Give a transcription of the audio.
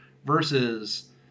versus